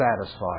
satisfied